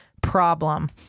problem